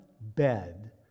bed